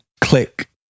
click